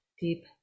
deep